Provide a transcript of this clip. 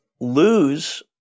lose